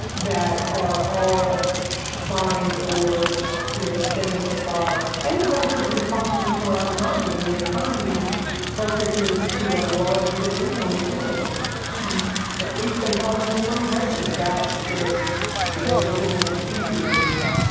that are all vying for you know the same supplies and the governor is responsible for our economy and the economy focuses to a large degree on tourism if we sent all those spring breakers back is you know a little petri dish,